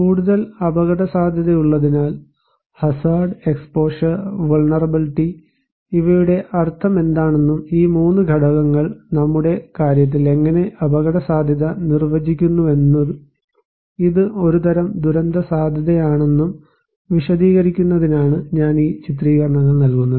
കൂടുതൽ അപകടസാധ്യതയുള്ളതിനാൽ hazard exposure vulnerability ഇവയുടെ അർത്ഥമെന്താണെന്നും ഈ 3 ഘടകങ്ങൾ നമ്മുടെ കാര്യത്തിൽ എങ്ങനെ അപകടസാധ്യത നിർവചിക്കുന്നുവെന്നും ഇത് ഒരുതരം ദുരന്തസാധ്യതയാണെന്നും വിശദീകരിക്കുന്നതിനാണ് ഞാൻ ഈ ചിത്രീകരണങ്ങൾ നൽകുന്നത്